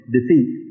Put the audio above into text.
defeat